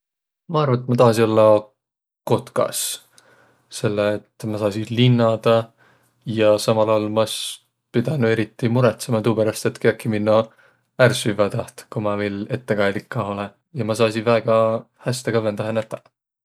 Ma arva, et ma tahasi ollaq kotkas, selle et ma saasiq linnadaq ja samal aol ma es pidänüq eriti murõtsõma tuuperäst, et kiäki minno ärq süvväq taht, ku ma viil ettekaelik ka olõ, ja ma saasiq väega häste kavvõndahe nätäq.